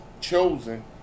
chosen